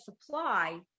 supply